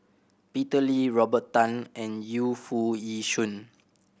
Peter Lee Robert Tan and Yu Foo Yee Shoon